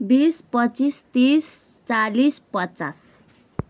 बिस पच्चिस तिस चालिस पचास